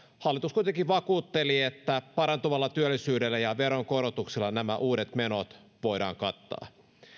hallitus kuitenkin vakuutteli että parantuvalla työllisyydellä ja veronkorotuksilla nämä uudet menot voidaan kattaa